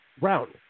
round